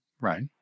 right